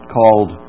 called